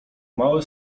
małe